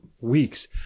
weeks